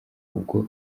ubwo